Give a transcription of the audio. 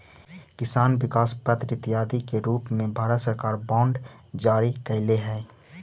किसान विकास पत्र इत्यादि के रूप में भारत सरकार बांड जारी कैले हइ